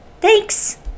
Thanks